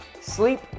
sleep